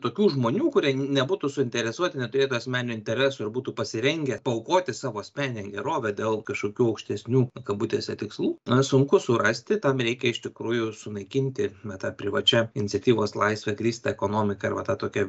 tokių žmonių kurie nebūtų suinteresuoti neturėtų asmeninių interesų ir būtų pasirengę paaukoti savo asmeninę gerovę dėl kažkokių aukštesnių kabutėse tikslų na sunku surasti tam reikia iš tikrųjų sunaikinti na tą privačia iniciatyvos laisve grįstą ekonomiką ir va tą tokią